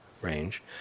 range